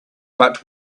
but